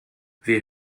wir